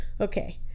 okay